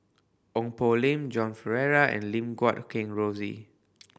Ong Poh Lim Joan Pereira and Lim Guat Kheng Rosie